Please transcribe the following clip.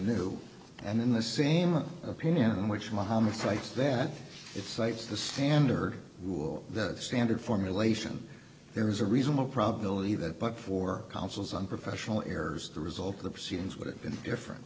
new and in the same opinion which mohammad frights that it cites the standard rule that standard formulation there is a reasonable probability that but for councils and professional errors the result of the proceedings would have been different